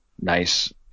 Nice